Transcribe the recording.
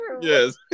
Yes